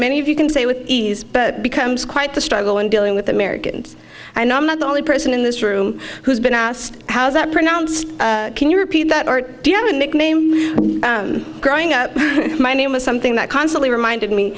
many of you can say with ease but becomes quite the struggle in dealing with americans and i'm not the only person in this room who's been asked how's that pronounced can you repeat that or do you have a nickname growing up my name is something that constantly reminded me